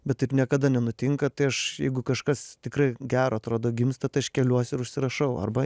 bet taip niekada nenutinka tai aš jeigu kažkas tikrai gero atrodo gimsta tai aš keliuosi ir užsirašau arba